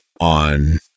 on